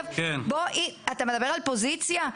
אתה מדבר על פוזיציה,